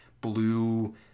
blue